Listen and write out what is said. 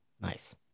Nice